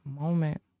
moment